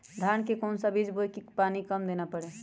धान का कौन सा बीज बोय की पानी कम देना परे?